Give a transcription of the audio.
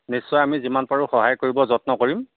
নিশ্চয় আমি যিমান পাৰোঁ সহায় কৰিব যত্ন কৰিম